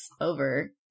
over